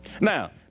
Now